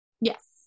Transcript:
yes